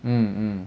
mm mm